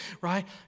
Right